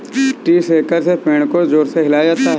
tree shaker से पेड़ को जोर से हिलाया जाता है